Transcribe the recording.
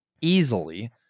easily